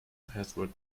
password